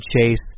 chase